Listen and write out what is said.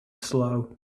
slow